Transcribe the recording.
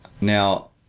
Now